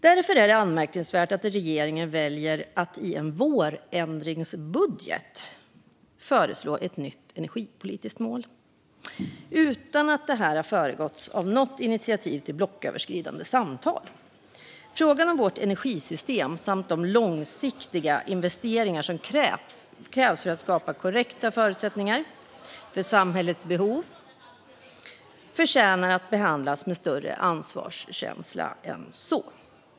Det är därför anmärkningsvärt att regeringen väljer att i en vårändringsbudget föreslå ett nytt energipolitiskt mål utan att detta har föregåtts av något initiativ till blocköverskridande samtal. Frågan om vårt energisystem samt de långsiktiga investeringar som krävs för att skapa korrekta förutsättningar för samhällets behov förtjänar att behandlas med större ansvarskänsla än så.